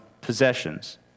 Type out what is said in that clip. possessions